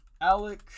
Alec